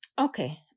Okay